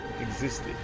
existed